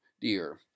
dear